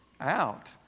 out